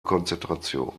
konzentration